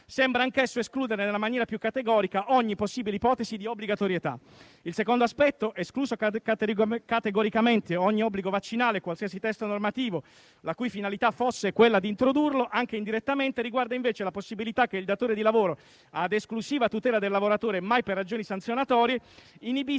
sembra anch'esso escludere nella maniera più categorica ogni possibile ipotesi di obbligatorietà. Il secondo aspetto, escluso categoricamente ogni obbligo vaccinale e qualsiasi testo normativo la cui finalità fosse quella di introdurlo, anche indirettamente, riguarda invece la possibilità che il datore di lavoro - ad esclusiva tutela del lavoratore e mai per ragioni sanzionatorie - inibisca